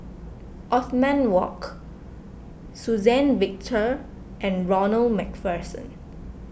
Othman Wok Suzann Victor and Ronald MacPherson